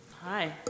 Hi